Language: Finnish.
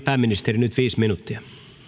pääministeri nyt viisi minuuttia